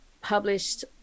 published